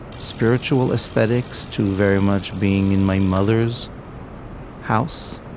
spiritual aesthetics, to very much being in my mother's house,